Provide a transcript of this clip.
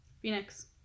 Phoenix